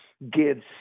gives